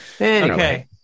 Okay